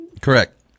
Correct